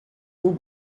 aux